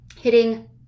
hitting